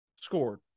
scored